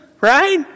Right